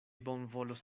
bonvolos